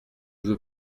veux